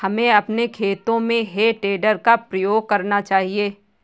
हमें अपने खेतों में हे टेडर का प्रयोग करना चाहिए